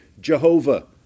Jehovah